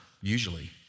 usually